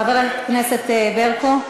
חברת הכנסת ברקו.